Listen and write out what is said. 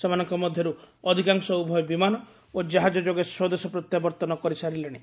ସେମାନଙ୍କ ମଧ୍ୟରୁ ଅଧିକାଂଶ ଉଭୟ ବିମାନ ଓ ଜାହାଜ ଯୋଗେ ସ୍ୱଦେଶ ପ୍ରତ୍ୟାବର୍ତ୍ତନ କରିସାରିଲେଣି